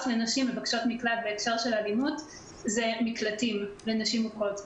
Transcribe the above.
לנשים מבקשות מקלט בהקשר של אלימות זה מקלטים לנשים מוכות.